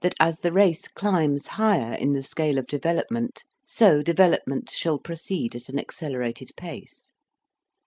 that as the race climbs higher in the scale of development, so development shall proceed at an accelerated pace